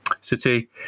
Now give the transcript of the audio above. City